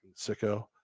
Sicko